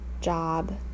job